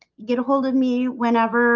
get hold of me whenever